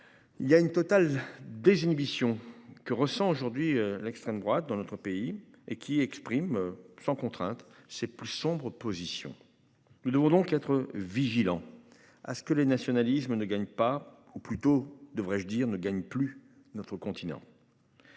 Il y a une totale désinhibition que ressent aujourd'hui l'extrême droite dans notre pays et qui exprime sans contrainte c'est plus sombres position. Nous devons donc être vigilants à ce que les nationalismes ne gagne pas ou plutôt devrais-je dire ne gagne plus notre continent.